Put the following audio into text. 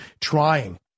trying